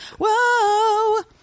Whoa